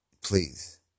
Please